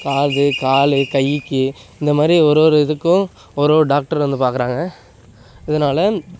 காது காலு கைக்கு இந்த மாதிரி ஒரு ஒரு இதுக்கும் ஒரு ஒரு டாக்டர் வந்து பார்க்கறாங்க இதனால்